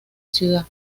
ciudad